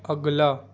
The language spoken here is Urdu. اگلا